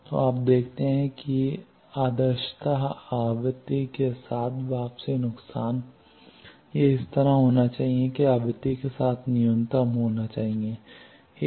तो आप देखते हैं कि आदर्शत आवृत्ति के साथ वापसी नुकसान यह इस तरह होना चाहिए कि आवृत्ति के साथ न्यूनतम होना चाहिए